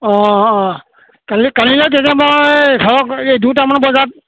অঁ কালি কালিলৈ তেনে মই ধৰক এই দুটামান বজাত